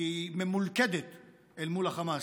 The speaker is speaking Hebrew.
כי היא ממולכדת אל מול החמאס.